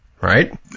right